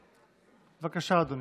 אדוני.